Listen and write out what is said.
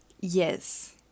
Yes